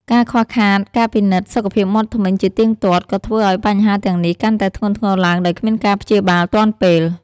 ការខ្វះខាតការពិនិត្យសុខភាពមាត់ធ្មេញជាទៀងទាត់ ក៏ធ្វើឱ្យបញ្ហាទាំងនេះកាន់តែធ្ងន់ធ្ងរឡើងដោយគ្មានការព្យាបាលទាន់ពេល។